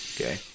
Okay